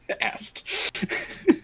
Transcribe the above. asked